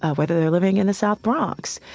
ah whether they're living in the south bronx.